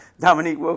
Dominique